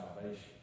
salvation